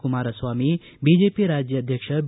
Kumaraswamy BJP ರಾಜ್ಯಾಧ್ಯಕ್ಷ B